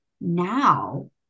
now